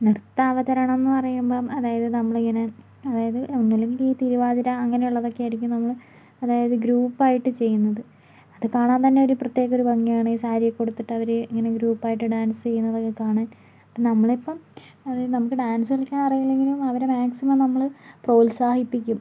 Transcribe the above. നൃത്താവതരണം എന്ന് പറയുമ്പം അതായത് നമ്മളിങ്ങനെ അതായത് ഒന്നുമില്ലെങ്കിൽ ഈ തിരുവാതിര അങ്ങനെ ഉള്ളതൊക്കെ ആയിരിക്കും നമ്മൾ അതായത് ഗ്രൂപ്പ് ആയിട്ട് ചെയ്യുന്നത് അത് കാണാൻ തന്നെ ഒരു പ്രത്യേക ഒരു ഭംഗിയാണ് ഈ സാരിയൊക്കെ ഉടുത്തിട്ട് അവർ ഇങ്ങനെ ഗ്രൂപ്പായിട്ട് ഡാൻസ് ചെയ്യുന്നതൊക്കെ കാണാൻ അപ്പോൾ നമ്മളിപ്പം അതായത് നമുക്ക് ഡാൻസ് കളിക്കാൻ അറിയില്ലെങ്കിലും അവരെ മാക്സിമം നമ്മൾ പ്രോത്സാഹിപ്പിക്കും